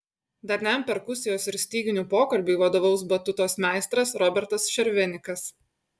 darniam perkusijos ir styginių pokalbiui vadovaus batutos meistras robertas šervenikas